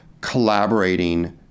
collaborating